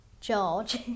George